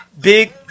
Big